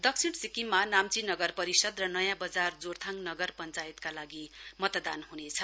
दक्षिण सिक्किममा नाम्ची नगर परिषद र नयाँ बजार जोरथाङ नगर पञ्चायतका लागि मतदान हनेछ